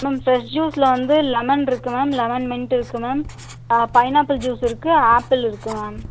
ma'am fresh ஜூஸில் வந்து lemon இருக்கு மேம் லெமன் மின்ட் இருக்கு மேம் பைனாப்பிள் ஜூஸ் இருக்கு ஆப்பிள் இருக்கு மேம்